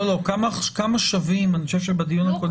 לא, לא, כמה שבים, אני חושב שבדיון הקודם אמרתם.